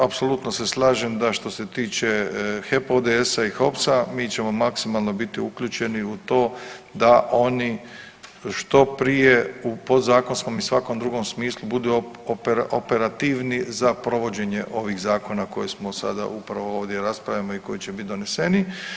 Apsolutno se slažem da što se tiče HEP-a, ODS-a i HOPS-a mi ćemo maksimalno biti uključeni u to da oni što prije u podzakonskom i svakom drugom smislu budu operativni za provođenje ovih zakona koje smo sada ovdje upravo raspravljamo i koji će biti doneseni.